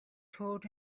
told